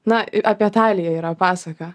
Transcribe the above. na apie taliją yra pasaka